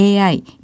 AI